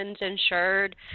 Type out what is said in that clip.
insured